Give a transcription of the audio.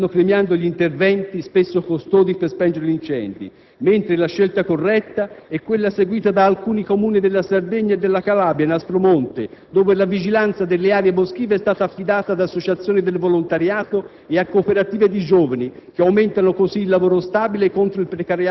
Adesso si stanno premiando gli interventi, spesso costosi, per spengere gli incendi, mentre la scelta corretta è quella seguita da alcuni Comuni della Sardegna e della Calabria, in Aspromonte, dove la vigilanza delle aree boschive è stata affidata ad associazioni di volontariato e a cooperative di giovani